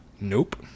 Nope